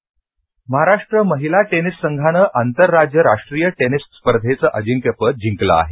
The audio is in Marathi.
टेनिस महाराष्ट्र महिला टेनिस संघानं आंतरराज्य राष्ट्रीय टेनिस स्पर्धेचं अजिंक्यपद जिंकलं आहे